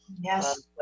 Yes